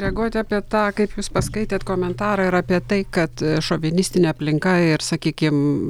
reaguoti apie tą kaip jūs paskaitėt komentarą ir apie tai kad šovinistinė aplinka ir sakykim